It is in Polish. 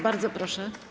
Bardzo proszę.